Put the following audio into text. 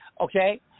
Okay